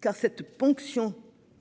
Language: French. car cette ponction